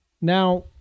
Now